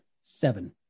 seven